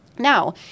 Now